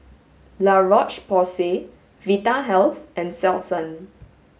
La Roche Porsay Vitahealth and Selsun